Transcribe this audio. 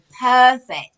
perfect